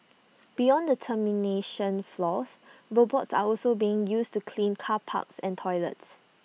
beyond the termination floors robots are also being used to clean car parks and toilets